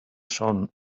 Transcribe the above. sun